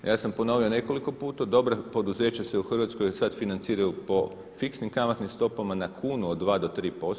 A ja sam ponovio nekoliko put dobra poduzeća se u Hrvatskoj sada financiraju po fiksnim kamatnim stopama na kunu od 2 do 3%